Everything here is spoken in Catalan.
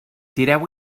tireu